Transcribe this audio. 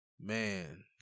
man